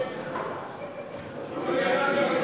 אני מבקש להתנגד.